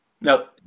Now